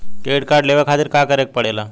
Credit card लेवे खातिर का करे के पड़ेला?